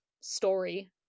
story